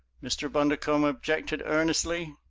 mr. bundercombe objected earnestly.